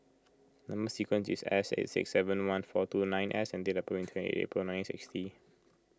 Number Sequence is S eight six seven one four two nine S and date of birth is twenty eight April nine sixty